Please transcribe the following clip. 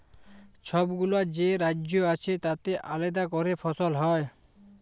ছবগুলা যে রাজ্য আছে তাতে আলেদা ক্যরে ফসল হ্যয়